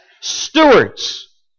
stewards